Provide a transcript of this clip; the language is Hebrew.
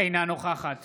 אינה נוכחת